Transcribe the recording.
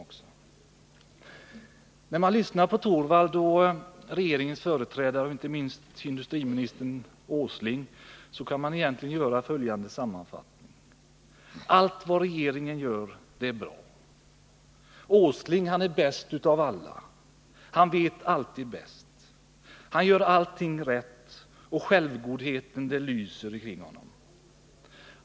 När man har lyssnat på Rune Torwald och regeringens företrädare, speciellt då industriminister Åsling, kan man egentligen göra följande Nr 165 sammanfattning. Allt vad regeringen gör är bra. Industriminister Åsling är bäst av alla, han vet alltid bäst, han gör allting rätt, och självgodheten lyser kring honom.